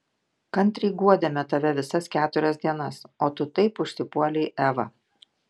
kantriai guodėme tave visas keturias dienas o tu taip užsipuolei evą